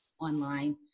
online